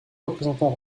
représentant